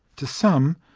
to some,